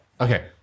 Okay